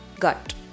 gut